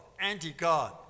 anti-God